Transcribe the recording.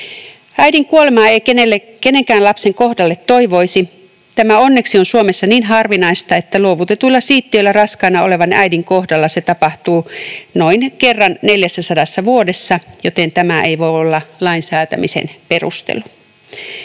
Äidin kuolemaa ei kenenkään lapsen kohdalle toivoisi. Tämä onneksi on Suomessa niin harvinaista, että luovutetuilla siittiöillä raskaana olevan äidin kohdalla se tapahtuu kerran noin 400 vuodessa, joten tämä ei voi olla lainsäätämisen perustelu.